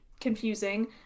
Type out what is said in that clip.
confusing